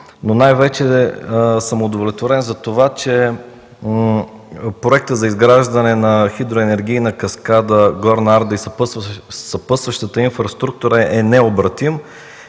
Най-вече съм удовлетворен за това, че Проектът за изграждане на хидроенергийна каскада „Горна Арда” и съпътстващата инфраструктура е необратим